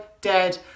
dead